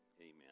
Amen